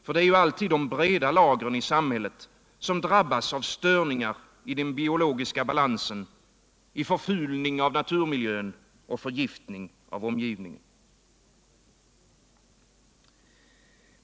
För det är alltid de breda lagren i samhället som drabbas av störningar i den biologiska balansen, av förfulning av naturmiljö och förgiftning av omgivningen.